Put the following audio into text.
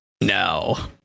no